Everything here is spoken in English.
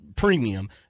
premium